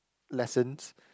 lessons